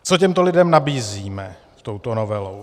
Co těmto lidem nabízíme touto novelou?